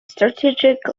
strategic